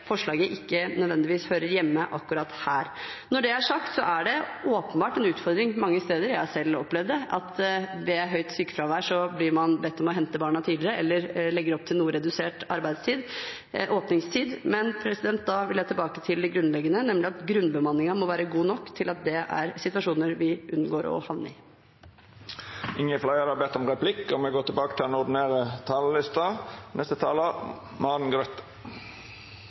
det – at man ved høyt sykefravær blir bedt om å hente barna tidligere eller legger opp til noe redusert åpningstid. Men da vil jeg tilbake til det grunnleggende, nemlig at grunnbemanningen må være god nok til at det er situasjoner vi unngår å havne i. Replikkordskiftet er omme. Siden 13. mars 2020 har Norge som følge av pandemien stått overfor store utfordringer og oppgaver som vi